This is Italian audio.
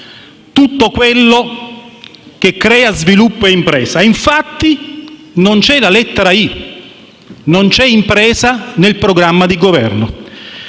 tutto quello che crea sviluppo e impresa. Infatti, non c'è la lettera «i»: non c'è impresa nel programma di Governo.